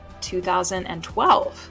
2012